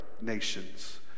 nations